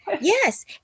Yes